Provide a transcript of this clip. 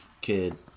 kid